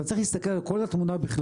כי אתה צריך להסתכל על כל התמונה בכללותה.